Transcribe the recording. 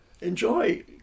Enjoy